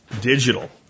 digital